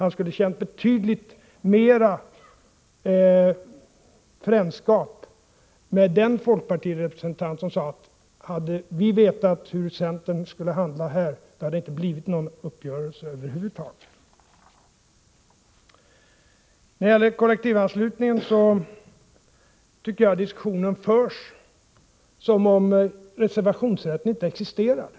Han skulle säkert ha känt betydligt mer frändskap med den folkpartirepresentant som sade: Hade vi vetat hur centern skulle handla här, hade det inte blivit någon uppgörelse över huvud taget. När det gäller kollektivanslutningen tycker jag att diskussionen förs som om reservationsrätten inte existerade.